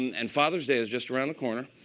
and father's day is just around the corner